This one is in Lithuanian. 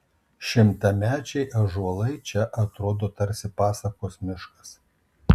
šimtamečiai ąžuolai čia atrodo tarsi pasakos miškas